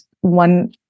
one